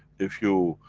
if you,